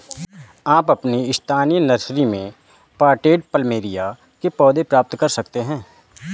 आप अपनी स्थानीय नर्सरी में पॉटेड प्लमेरिया के पौधे प्राप्त कर सकते है